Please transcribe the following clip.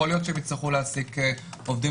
יכול להיות שיצטרכו להעסיק עובדים